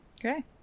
Okay